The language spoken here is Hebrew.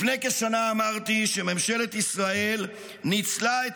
לפני כשנה אמרתי שממשלת ישראל ניצלה את